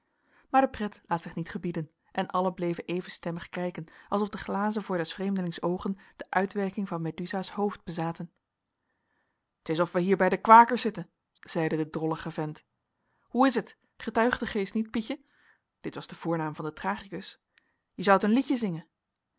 maar de pret laat zich niet gebieden en allen bleven even stemmig kijken alsof de glazen voor des vreemdelings oogen de uitwerking van medusaas hoofd bezaten t is of wij hier bij de kwakers zitten zeide de drollige vent hoe is het getuigt de geest niet pietje dit was de voornaam van den tragicus je zoudt een liedje zingen